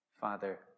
Father